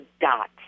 dots